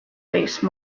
base